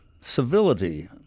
civility